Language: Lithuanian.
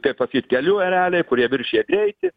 kaip pasakyt kelių ereliai kurie viršija greitį